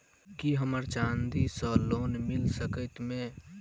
की हमरा चांदी सअ लोन मिल सकैत मे?